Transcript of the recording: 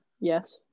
yes